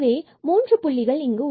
எனவே மூன்று புள்ளிகள் இங்கு உள்ளது